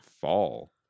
fall